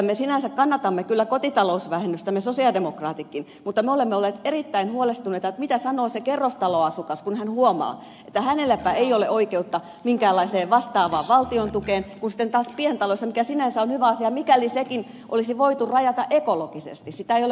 me sosialidemokraatitkin sinänsä kannatamme kyllä kotitalousvähennystä mutta me olemme olleet erittäin huolestuneita mitä sanoo se kerrostaloasukas kun hän huomaa että hänelläpä ei ole oikeutta minkäänlaiseen vastaavaan valtiontukeen kuin sitten taas pientaloissa mikä sinänsä on hyvä asia mikäli sekin olisi voitu rajata ekologisesti mutta sitä ei ole valitettavasti rajattu